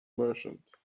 merchant